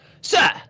sir